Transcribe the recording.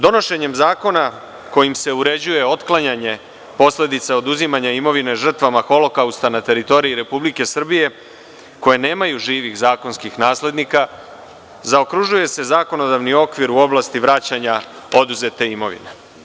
Donošenjem zakona kojim se uređuje otklanjanje posledica oduzimanja imovine žrtvama Holokausta na teritoriji Republike Srbije koje nemaju živih zakonskih naslednika, zaokružuje se zakonodavni okvir u oblasti vraćanja oduzete imovine.